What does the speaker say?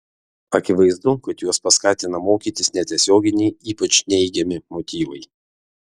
akivaizdu kad juos paskatina mokytis netiesioginiai ypač neigiami motyvai